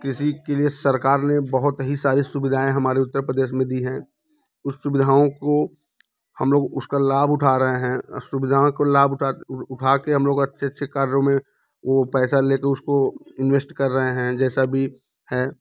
कृषि के लिए सरकार ने बहुत ही सारी सुविधाऍं हमारे उत्तर प्रदेश में दी हैं उन सुविधाओं को हम लोग उसका लाभ उठा रहे हैं सुविधाओं काे लाभ उठा उठा के हम लोग अच्छे अच्छे कार्यों में वो पैसा ले के उसको इन्वेस्ट कर रहे हैं जैसा भी है